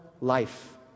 life